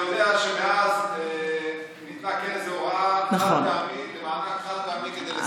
אני יודע שמאז ניתנה הוראה חד-פעמית למענק חד-פעמי כדי לסייע להם,